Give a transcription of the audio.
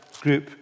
group